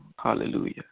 Hallelujah